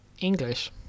English